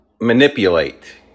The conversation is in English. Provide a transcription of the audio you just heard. manipulate